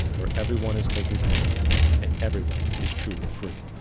where everyone is taken care of and everyone is truly free.